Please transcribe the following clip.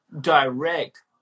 direct